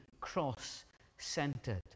cross-centered